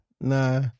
nah